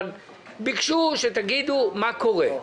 ביקשו שתגידו מה קורה,